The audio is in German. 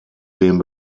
den